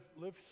live